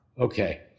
Okay